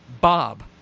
Bob